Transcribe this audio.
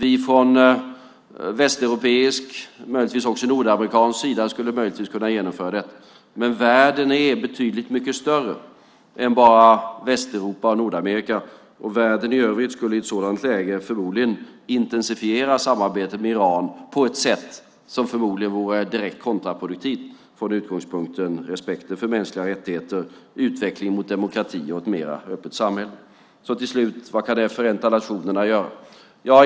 Vi från västeuropeisk sida, möjligen också nordamerikansk sida, skulle möjligtvis kunna genomföra en sådan, men världen är betydligt mycket större än bara Västeuropa och Nordamerika. Världen i övrigt skulle i ett sådant läge troligen intensifiera samarbetet med Iran på ett sätt som förmodligen vore direkt kontraproduktivt från utgångspunkten respekten för mänskliga rättigheter, utveckling mot demokrati och ett mer öppet samhälle. Vad kan Förenta nationerna göra?